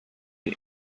and